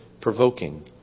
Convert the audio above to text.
provoking